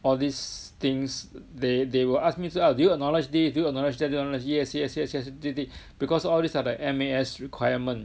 all these things they they will ask me so uh do you acknowledge this do you acknowledge that you do want yes yes yes yes you did because all these are the M_A_S requirement